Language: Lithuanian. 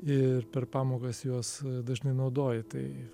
ir per pamokas juos dažnai naudoji tai